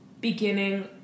beginning